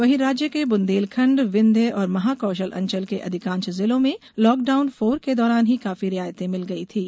वहीं राज्य के बुंदेलखंड विंध्य और महाकौशल अंचल के अधिकांश जिलों में लॉकडाउन फोर के दौरान ही काफी रियायतें मिल गयी थीं